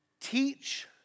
teach